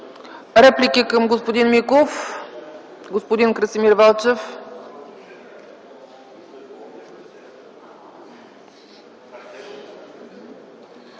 Реплика към господин Миков? Господин Красимир Велчев.